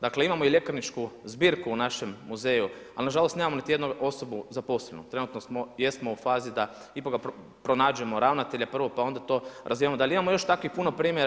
Dakle, imamo i ljekarničku zbirku u našem muzeju ali nažalost nemamo niti jednu osobu zaposlenu, trenutno jesmo u fazi da ipak pronađemo ravnatelja prvo pa onda to razvijamo, imamo još puno primjera.